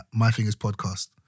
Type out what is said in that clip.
MyFingersPodcast